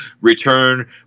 return